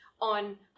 on